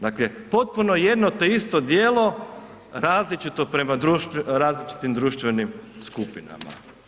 Dakle, potpuno jedno te isto djelo različito prema različitim društvenim skupinama.